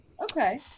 Okay